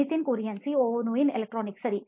Nitin Kurian COO ನೋಯಿನ್ electronics ಸರಿ